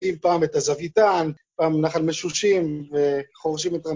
אם פעם את הזוויתן, פעם נחל משושים, וחורשים את המצב.